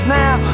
now